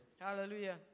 Hallelujah